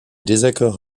désaccords